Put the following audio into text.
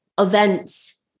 events